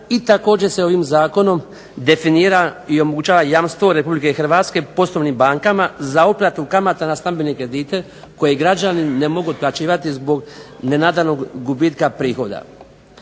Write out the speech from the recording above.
i također se ovim zakonom definira i omogućava jamstvo Republike Hrvatske poslovnim bankama za uplatu kamata na stambene kredite koje građani ne mogu otplaćivati zbog nenadanog gubitka prihoda.